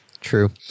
True